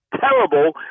terrible